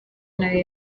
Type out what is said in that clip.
nayo